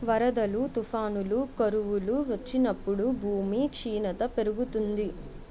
వరదలు, తుఫానులు, కరువులు వచ్చినప్పుడు భూమి క్షీణత పెరుగుతుంది